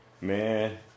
Man